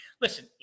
listen